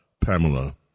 Pamela